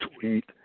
tweet